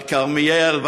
עד כרמיאל,